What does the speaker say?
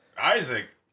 Isaac